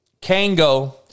Kango